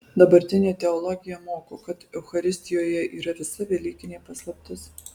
dabartinė teologija moko kad eucharistijoje yra visa velykinė paslaptis